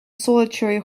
solitary